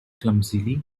clumsily